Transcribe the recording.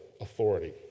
authority